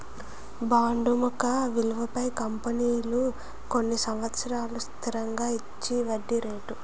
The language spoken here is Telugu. బాండు ముఖ విలువపై కంపెనీలు కొన్ని సంవత్సరాలకు స్థిరంగా ఇచ్చేవడ్డీ రేటు